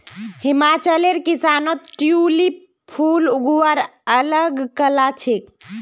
हिमाचलेर किसानत ट्यूलिप फूल उगव्वार अल ग कला छेक